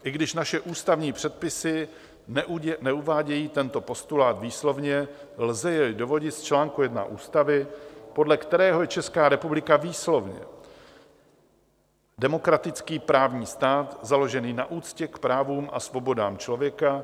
I když naše ústavní předpisy neuvádějí tento postulát výslovně, lze jej dovodit z čl. 1 ústavy, podle kterého je Česká republika výslovně demokratický právní stát založený na úctě k právům a svobodám člověka.